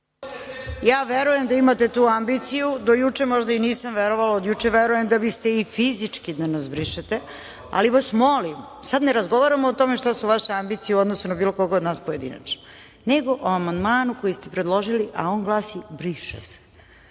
Ja verujem da imate tu ambiciju, do juče možda i nisam verovala, od juče verujem da biste i fizički da nas brišete, ali vas molim, sad ne razgovaramo o tome šta su vaše ambicije u odnosu na bilo koga od nas pojedinaca, nego o amandmanu koji ste predložili, a on glasi – briše se.I